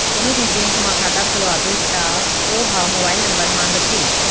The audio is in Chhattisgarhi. कोनो भी बेंक म खाता खोलवाबे त ओ ह मोबाईल नंबर मांगथे